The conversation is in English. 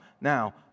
Now